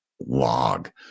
log